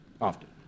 often